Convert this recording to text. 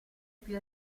più